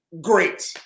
great